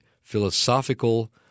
philosophical